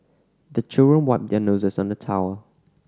the children wipe their noses on the towel